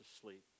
sleep